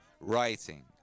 writing